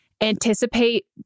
anticipate